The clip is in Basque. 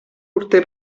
urte